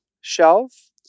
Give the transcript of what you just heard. shelf